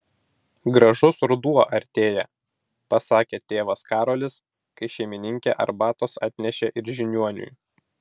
gražus ruduo artėja pasakė tėvas karolis kai šeimininkė arbatos atnešė ir žiniuoniui